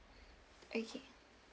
okay